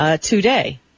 today